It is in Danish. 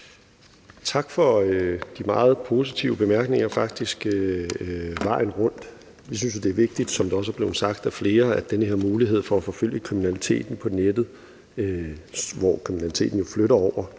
Tak for de meget positive bemærkninger hele vejen rundt. Vi synes, det er vigtigt, som det også er blevet sagt af flere, med den her mulighed for at forfølge kriminalitet på nettet, hvortil kriminaliteten flytter over,